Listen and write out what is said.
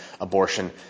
abortion